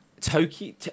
Tokyo